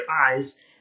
eyes